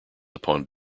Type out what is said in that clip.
upon